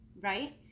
right